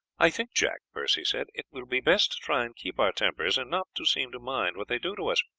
i think, jack, percy said, it will be best to try and keep our tempers and not to seem to mind what they do to us,